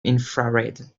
infrared